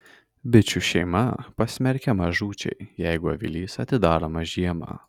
bičių šeima pasmerkiama žūčiai jeigu avilys atidaromas žiemą